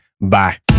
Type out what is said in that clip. bye